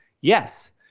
yes